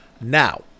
Now